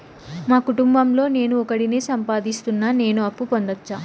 మా కుటుంబం లో నేను ఒకడినే సంపాదిస్తున్నా నేను అప్పు పొందొచ్చా